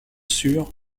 sûr